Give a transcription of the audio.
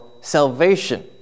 salvation